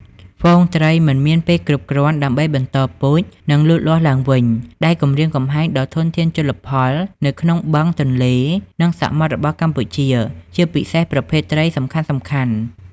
ហ្វូងត្រីមិនមានពេលគ្រប់គ្រាន់ដើម្បីបន្តពូជ និងលូតលាស់ឡើងវិញ ដែលគំរាមកំហែងដល់ធនធានជលផលនៅក្នុងបឹង ទន្លេ និងសមុទ្ររបស់កម្ពុជា ជាពិសេសប្រភេទត្រីសំខាន់ៗ។